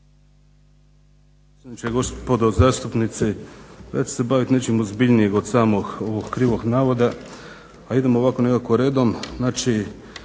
Hvala vama.